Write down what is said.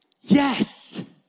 Yes